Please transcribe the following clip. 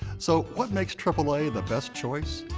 so, what makes triple a the best choice?